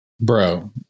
bro